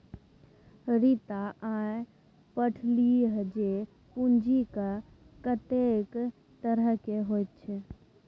रीता आय पढ़लीह जे पूंजीक कतेक तरहकेँ होइत छै